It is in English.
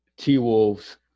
T-Wolves